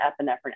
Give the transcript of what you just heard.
epinephrine